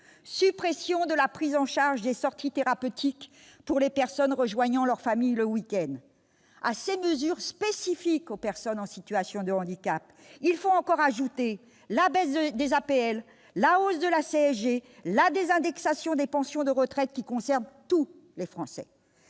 suppression de la prise en charge des sorties thérapeutiques pour les personnes rejoignant leur famille le week-end. À ces mesures spécifiques aux personnes en situation de handicap, il faut encore ajouter la baisse des APL, la hausse de la CSG, la désindexation des pensions de retraite, qui concernent tous les Français.